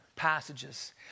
Passages